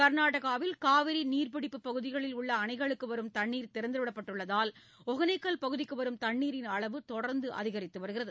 கர்நாடகாவில் காவிரி நீர்பிடிப்பு பகுதியில் உள்ள அணைகளுக்கு வரும் தண்ணீர் திறந்துவிடப்பட்டுள்ளதால் ஒகனேக்கல் பகுதிக்கு வரும் தண்ணீரின் அளவு தொடர்ந்து அதிகரித்து வருகிறது